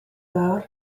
dda